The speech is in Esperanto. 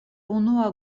unua